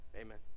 Amen